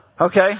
Okay